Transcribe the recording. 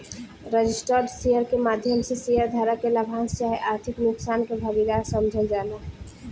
registered share के माध्यम से शेयर धारक के लाभांश चाहे आर्थिक नुकसान के भागीदार समझल जाला